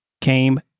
came